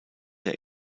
der